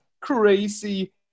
crazy